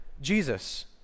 Jesus